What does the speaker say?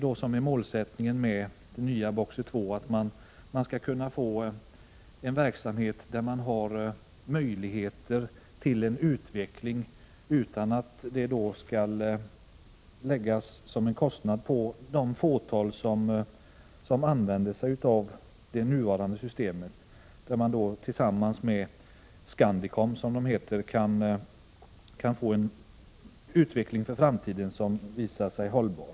Målsättningen med BOKSER II är att man skall kunna få en verksamhet och, utan att det skall behöva läggas som en kostnad på de få som använder sig av det nuvarande systemet, tillsammans med Scandicom en utveckling för framtiden som visar sig hållbar.